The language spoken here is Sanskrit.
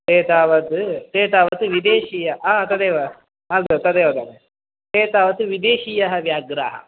ते तावत् ते तावत् विदेशीयाः हा तदेव अस्तु तदेव तदेव ते तावत् विदेशीयाः व्याघ्राः